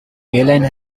airline